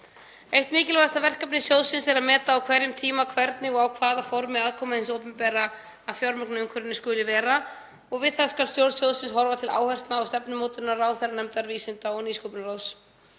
Eitt mikilvægasta verkefni sjóðsins er að meta á hverjum tíma hvernig og á hvaða formi aðkoma hins opinbera að fjármögnunarumhverfinu skuli vera og við það skal stjórn sjóðsins horfa til áherslu á stefnumótun ráðherranefndar Vísinda- og nýsköpunarráðs.